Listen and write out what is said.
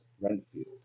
Renfield